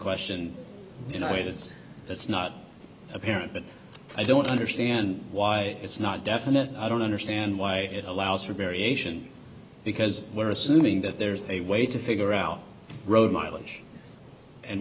it's not apparent but i don't understand why it's not definite i don't understand why it allows for variation because we're assuming that there's a way to figure out road mileage and